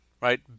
right